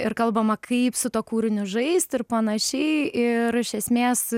ir kalbama kaip su tuo kūriniu žaisti ir panašiai ir iš esmės